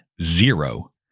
Zero